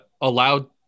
allowed